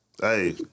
Hey